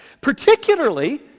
Particularly